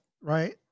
right